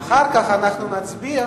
אחר כך אנחנו נצביע,